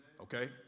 Okay